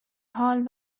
حال